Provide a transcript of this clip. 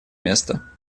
место